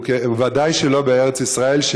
וודאי שלא בארץ ישראל,